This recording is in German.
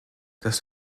dass